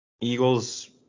Eagles